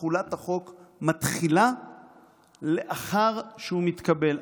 תחולת החוק מתחילה לאחר שהוא מתקבל.